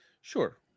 Sure